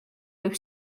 võib